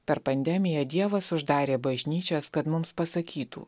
per pandemiją dievas uždarė bažnyčias kad mums pasakytų